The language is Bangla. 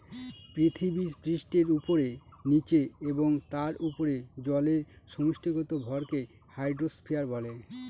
পৃথিবীপৃষ্ঠের উপরে, নীচে এবং তার উপরে জলের সমষ্টিগত ভরকে হাইড্রোস্ফিয়ার বলে